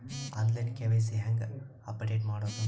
On line KYC ಹೇಂಗ update ಮಾಡೋದು?